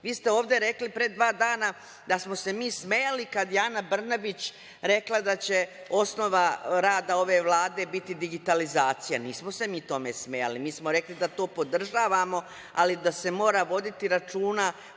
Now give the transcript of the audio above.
ste ovde rekli pre dva dana da smo se mi smejali kad je Ana Brnabić rekla da će osnova rada ove Vlade biti digitalizacija. Nismo se mi tome smejali, mi smo rekli da to podržavamo, ali da se mora voditi računa